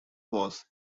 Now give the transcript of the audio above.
was